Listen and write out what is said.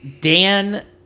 Dan